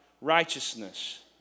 righteousness